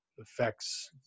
affects